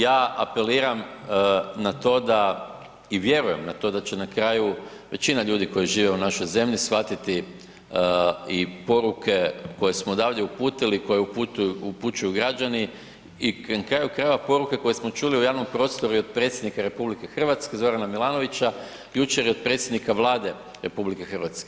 Ja apeliram na to da i vjerujem na to da će na kraju većina ljudi koji žive u našoj zemlji shvatiti i poruke koje smo odavde uputili koje upućuju građani na kraju krajeva poruke koje smo čuli u javnom prostoru i od predsjednika RH Zorana Milanovića, jučer i od predsjednika Vlade RH.